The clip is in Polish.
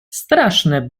straszne